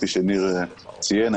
כפי שניר שפר ציין,